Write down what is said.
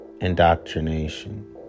indoctrination